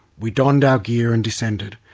we donned our gear and descended,